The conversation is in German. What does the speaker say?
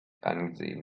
angesehen